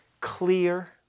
clear